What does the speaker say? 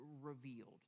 revealed